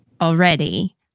already